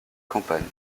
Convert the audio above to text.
campagne